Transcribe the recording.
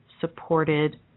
supported